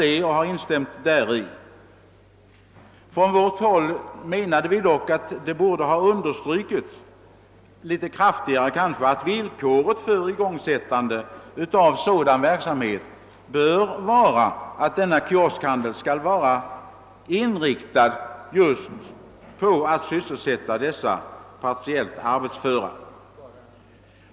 Vi menar emellertid från vårt håll att det litet kraftigare borde ha understrukits att villkoret för att starta sådan verksamhet bör vara att kioskhandeln är inriktad just på att sysselsätta de partiellt arbetsföra.